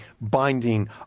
binding